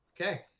Okay